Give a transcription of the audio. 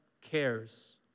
cares